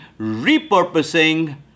repurposing